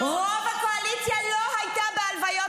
רוב הקואליציה לא הייתה בהלוויות,